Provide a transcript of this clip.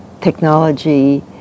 technology